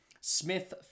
Smith